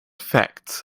facts